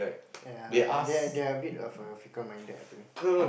ya they are they are a bit of a fickle minded I think